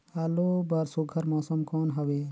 आलू बर सुघ्घर मौसम कौन हवे?